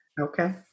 Okay